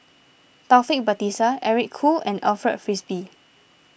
Taufik Batisah Eric Khoo and Alfred Frisby